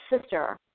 sister